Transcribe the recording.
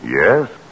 Yes